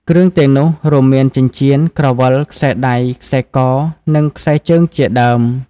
គ្រឿងទាំងនោះរួមមានចិញ្ចៀន ក្រវិល ខ្សែដៃ ខ្សែក និងខ្សែជើងជាដើម។